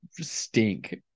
stink